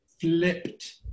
flipped